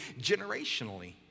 generationally